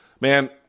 Man